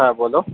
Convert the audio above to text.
হ্যাঁ বলো